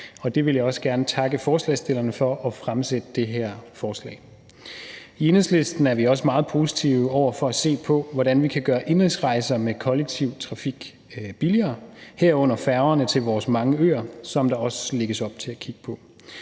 og jeg vil også gerne takke forslagsstillerne for at fremsætte det her forslag. I Enhedslisten er vi også meget positive over for at se på, hvordan vi kan gøre indenrigsrejser med kollektiv trafik billigere, herunder færgerne til vores mange øer, som der også lægges op til at kigge på